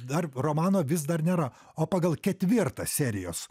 dar romano vis dar nėra o pagal ketvirtą serijos